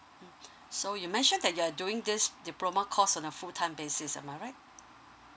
mm so you mentioned that you're doing this diploma course on a full time basis am I right